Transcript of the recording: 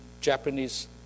Japanese